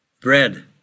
bread